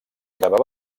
gravar